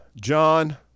John